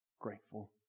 grateful